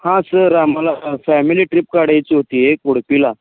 हां सर आम्हाला family trip काढायची होती एक उडुपीला